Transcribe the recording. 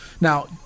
Now